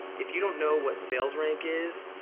if you don't know what sales rank is,